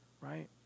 right